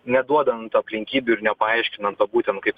neduodant aplinkybių ir nepaaiškinanto būtent kaip